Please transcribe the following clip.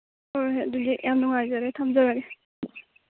ꯍꯣꯏ ꯍꯣꯏ ꯑꯗꯨꯗꯤ ꯌꯥꯝ ꯅꯨꯡꯉꯥꯏꯖꯔꯦ ꯊꯝꯖꯔꯒꯦ